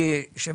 שהם